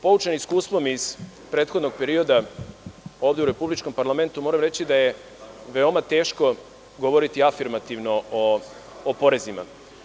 Poučen iskustvom iz prethodnog perioda, ovde u Republičkom parlamentu, moram reći da je veoma teško govoriti afirmativno o porezima.